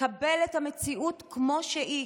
לקבל את המציאות כמו שהיא.